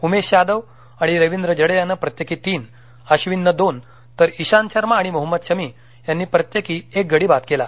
उमेश यादव आणि रविंद्र जडेजानं प्रत्येकी तीन अब्बिननं दोन तर इशांत शर्मा आणि मोहम्मद शमी यांनी प्रत्येकी एक गडी बाद केला